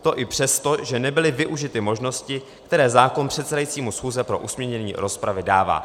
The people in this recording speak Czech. To i přesto, že nebyly využity možnosti, které zákon předsedajícímu schůze pro usměrnění rozpravy dává.